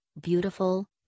beautiful